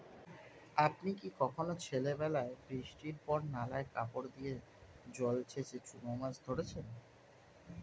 আপনি কি কখনও ছেলেবেলায় বৃষ্টির পর নালায় কাপড় দিয়ে জল ছেঁচে চুনো মাছ ধরেছেন?